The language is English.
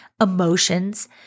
emotions